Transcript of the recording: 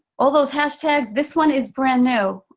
all those hashtags, this one is brand-new.